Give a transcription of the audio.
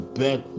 back